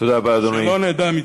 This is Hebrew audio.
שלא נדע מצרות.